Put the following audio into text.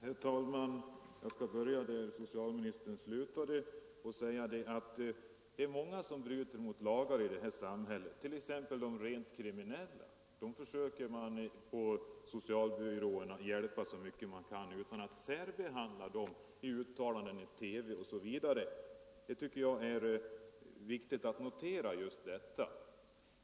Herr talman! Jag skall börja där socialministern slutade och säga att det är många som bryter mot lagar i samhället, t.ex. de rent kriminella. Dem försöker man på socialbyråerna hjälpa så mycket man kan utan att särbehandla dem i uttalanden i TV osv. Det tycker jag är viktigt att notera.